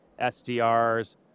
SDRs